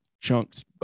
chunks